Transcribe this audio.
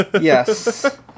Yes